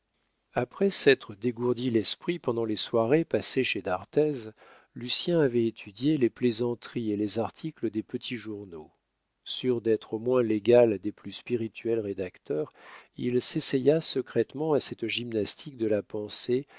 après s'être dégourdi l'esprit pendant les soirées passées chez d'arthez lucien avait étudié les plaisanteries et les articles des petits journaux sûr d'être au moins l'égal des plus spirituels rédacteurs il s'essaya secrètement à cette gymnastique de la pensée